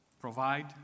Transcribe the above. provide